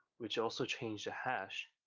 which also changed the hash,